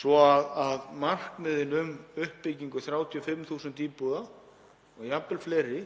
svo að markmiðin um uppbyggingu 35.000 íbúða og jafnvel fleiri